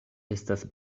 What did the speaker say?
estas